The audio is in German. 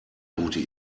gute